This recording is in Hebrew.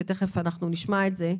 ומיד נשמע את זה.